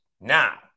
Now